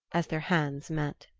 as their hands met.